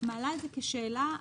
מעלה את זה כשאלה.